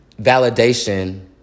validation